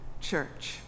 church